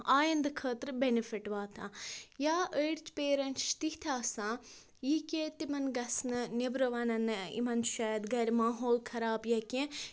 آیندٕ خٲطرٕ بیٚنِفِٹ واتان یا أڑۍ پیرنٛٹٕس چھِ تِتھۍ آسان یہِ کیٚنہہ تِمَن گَژھٕ نہٕ نٮ۪برٕ وَنَن نہٕ یِمَن چھُ شایِد گَرِ ماحول خراب یا کیٚنہہ